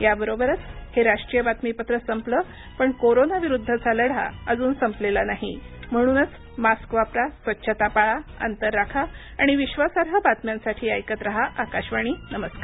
याबरोबरच हे राष्ट्रीय बातमीपत्र संपलं पण कोरोना विरुद्धचा लढा अजून संपलेला नाही म्हणूनच मास्क वापरा स्वच्छता पाळा अंतर राखा आणि विश्वासार्ह बातम्यांसाठी ऐकत रहा आकाशवाणी नमरुकार